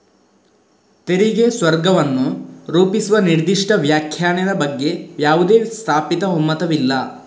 ತೆರಿಗೆ ಸ್ವರ್ಗವನ್ನು ರೂಪಿಸುವ ನಿರ್ದಿಷ್ಟ ವ್ಯಾಖ್ಯಾನದ ಬಗ್ಗೆ ಯಾವುದೇ ಸ್ಥಾಪಿತ ಒಮ್ಮತವಿಲ್ಲ